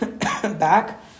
back